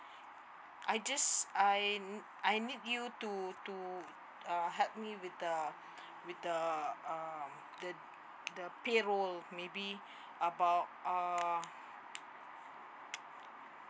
I just I I need you to to uh help me with the with the um the the payroll maybe about uh